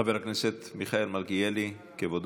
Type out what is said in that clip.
חבר הכנסת מיכאל מלכיאלי, כבודו,